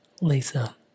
Lisa